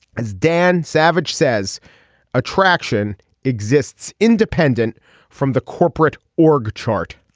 as dan savage says attraction exists independent from the corporate org chart.